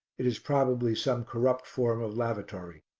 it is probably some corrupt form of lavatory.